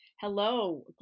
Hello